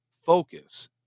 focus